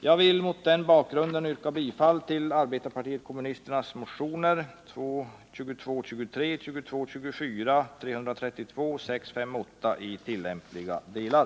Jag yrkar mot den bakgrunden bifall till arbetarpartiet kommunisternas motioner 2223, 2224, 332 och 658 i tillämpliga delar.